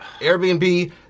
Airbnb